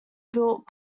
build